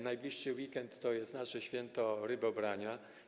Najbliższy weekend to jest nasze święto rybobrania.